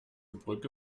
brücke